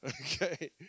Okay